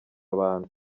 abantu